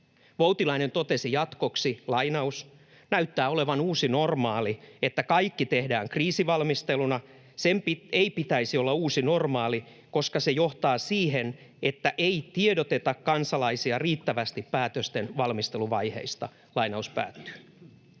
Voutilainen totesi jatkoksi: ”Näyttää olevan uusi normaali, että kaikki tehdään kriisivalmisteluna. Sen ei pitäisi olla uusi normaali, koska se johtaa siihen, että ei tiedoteta kansalaisia riittävästi päätösten valmisteluvaiheista.” Iltalehdessä